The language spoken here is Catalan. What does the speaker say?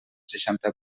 seixanta